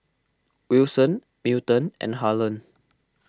Wilson Milton and Harland